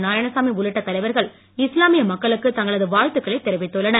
நாராயணசாமி உள்ளிட்ட தலைவர்கள் இஸ்லாமிய மக்களுக்கு தங்களது வாழ்த்துக்களை தெரிவித்துள்ளனர்